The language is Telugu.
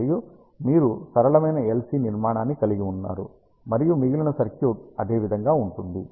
మరియు మీరు సరళమైన LC నిర్మాణాన్ని కలిగి ఉన్నారు మరియు మిగిలిన సర్క్యూట్ అదే విధంగా ఉంటుంది